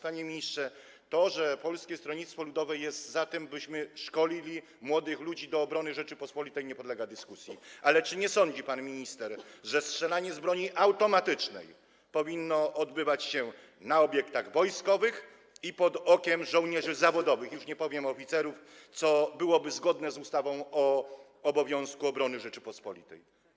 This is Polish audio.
Panie ministrze, to, że Polskie Stronnictwo Ludowe jest za tym, byśmy szkolili młodych ludzi do obrony Rzeczypospolitej, nie podlega dyskusji, ale czy nie sądzi pan minister, że strzelanie z broni automatycznej powinno odbywać się w obiektach wojskowych i pod okiem żołnierzy zawodowych, już nie powiem, oficerów, co byłoby zgodne z ustawą o obowiązku obrony Rzeczypospolitej?